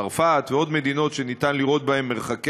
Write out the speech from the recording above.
צרפת ועוד מדינות שאפשר לראות בהן מרחקי